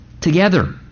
together